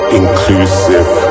inclusive